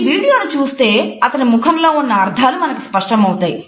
ఈ వీడియోను చూస్తే అతని ముఖంలో ఉన్న అర్థాలు మనకు స్పష్టమవుతాయి